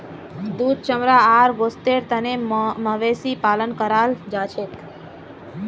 दूध चमड़ा आर गोस्तेर तने मवेशी पालन कराल जाछेक